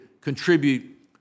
contribute